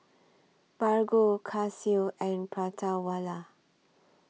Bargo Casio and Prata Wala